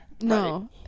No